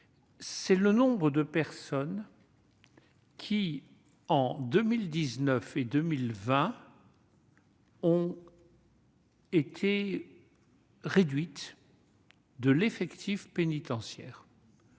c'est le nombre de personnes qui, entre 2019 et 2020, ont été réduites de l'effectif pénitentiaire,